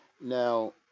Now